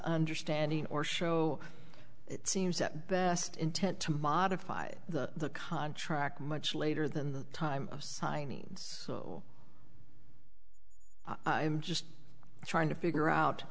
understanding or show it seems at best intent to modify the contract much later than the time of signings i'm just trying to figure out